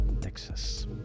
Texas